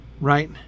right